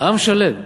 עם שלם,